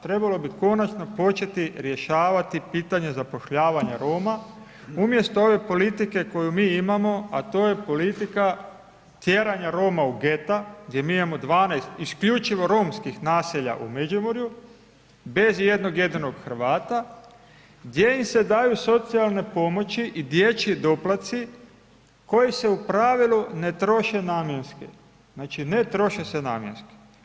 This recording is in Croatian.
Trebalo bi konačno početi rješavati pitanje zapošljavanja Roma umjesto ove politike koju mi imamo, a to je politika tjeranja Roma u geta, gdje mi imamo 12 isključivo romskih naselja u Međimurju, bez i jednog jedinog Hrvata, gdje im se daju socijalne pomoći i dječji doplatci koji se u pravilu ne troše namjenski, znači ne troši se namjenski.